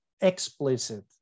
explicit